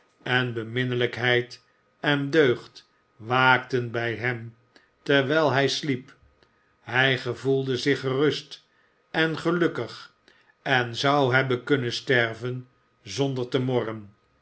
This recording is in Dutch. en beminnelijkheid en deugd waakten bij hem terwijl hij sliep hij gevoelde zich gerust en gelukkig en zou hebben kunnen sterven zonder te